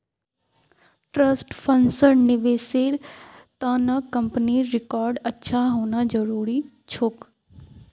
trust फंड्सेर निवेशेर त न कंपनीर रिकॉर्ड अच्छा होना जरूरी छोक